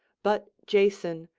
but jason,